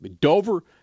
Dover